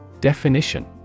definition